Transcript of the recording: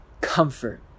comfort